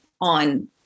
on